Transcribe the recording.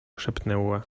szepnęła